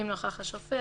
אם נוכח השופט,